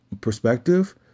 perspective